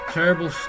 terrible